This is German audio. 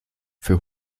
für